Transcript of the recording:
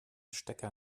stecker